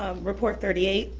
um report thirty eight,